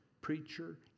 preacher